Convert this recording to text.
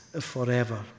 forever